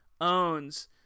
owns